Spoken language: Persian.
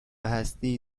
هستی